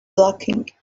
blocking